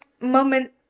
moment